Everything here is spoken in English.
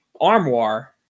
armoire